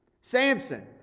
Samson